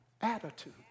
attitude